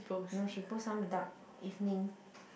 no she post some dark evening